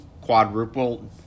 quadruple